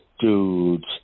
dude's